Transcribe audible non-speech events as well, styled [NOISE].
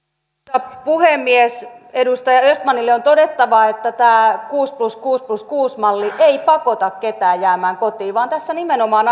arvoisa puhemies edustaja östmanille on todettava että tämä kuusi plus kuusi plus kuusi malli ei pakota ketään jäämään kotiin vaan tässä nimenomaan [UNINTELLIGIBLE]